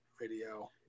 video